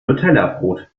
nutellabrot